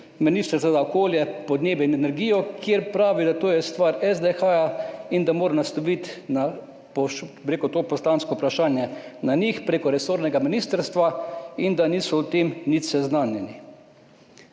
Ministrstva za okolje, podnebje in energijo, kjer pravijo, da je to stvar SDH in da moram nasloviti to poslansko vprašanje na njih prek resornega ministrstva in da niso s tem nič seznanjeni.